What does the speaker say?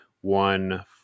one